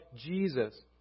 Jesus